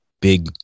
big